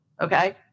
okay